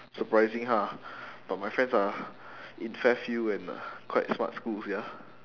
surprising ha but my friends are in fairfield and uh quite smart schools ya